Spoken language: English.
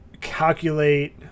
calculate